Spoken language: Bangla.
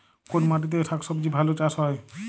কোন মাটিতে শাকসবজী ভালো চাষ হয়?